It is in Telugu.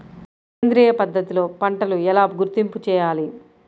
సేంద్రియ పద్ధతిలో పంటలు ఎలా గుర్తింపు చేయాలి?